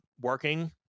working